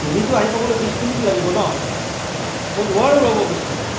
তুমিতো আহি পাবলৈ বিছ মিনিট লাগিব ন মই নোৱাৰোঁ ৰ'ব বিছ মিনিট